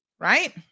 Right